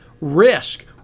risk